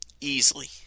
Easily